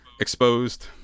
exposed